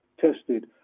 tested